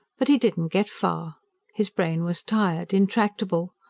but he did not get far his brain was tired, intractable.